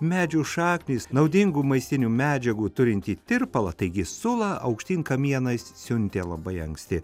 medžių šaknys naudingų maistinių medžiagų turintį tirpalą taigi sulą aukštyn kamienais siuntė labai anksti